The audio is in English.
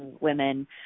women